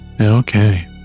Okay